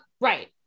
right